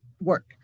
work